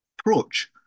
approach